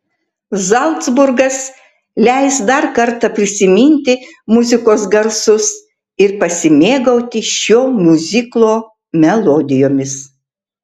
zalcburgas leis dar kartą prisiminti muzikos garsus ir pasimėgauti šio miuziklo melodijomis